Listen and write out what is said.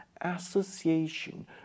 association